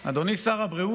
אדוני שר הבריאות,